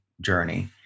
journey